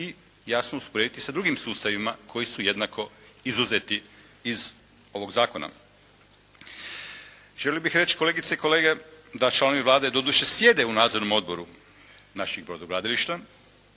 i jasno usporediti sa drugim sustavima koji su jednako izuzeti iz ovog zakona. Želio bih reći kolegice i kolege, da članovi Vlade doduše sjede u nadzornom odboru naših brodogradilišta,